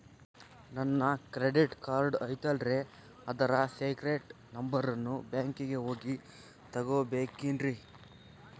ನನ್ನ credit card ಐತಲ್ರೇ ಅದರ ಸೇಕ್ರೇಟ್ ನಂಬರನ್ನು ಬ್ಯಾಂಕಿಗೆ ಹೋಗಿ ತಗೋಬೇಕಿನ್ರಿ?